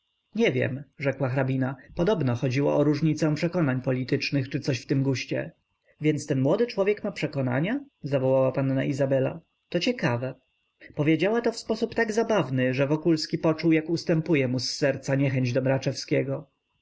nie wiem rzekła hrabina podobno chodziło o różnicę przekonań politycznych czy coś w tym guście więc ten młody człowiek ma przekonania zawołała panna izabela to ciekawe powiedziała to w sposób tak zabawny że wokulski poczuł jak ustępuje mu z serca niechęć do